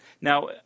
Now